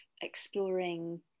exploring